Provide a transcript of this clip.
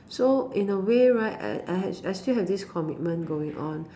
so in a way right I ha~ I I still have this commitment going on